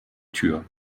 tür